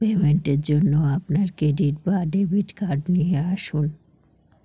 পেমেন্টের জন্য আপনার ক্রেডিট বা ডেবিট কার্ড নিয়ে আসুন